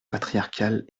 patriarcale